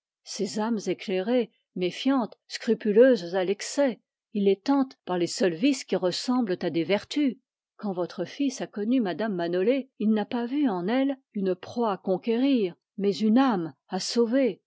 ces âmes méfiantes scrupuleuses à l'excès il les tente par les seuls vices qui ressemblent à des vertus quand votre fils a connu mme manolé il n'as pas vu en elle une proie à conquérir mais une âme à sauver